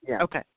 Okay